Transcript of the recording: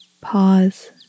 pause